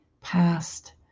past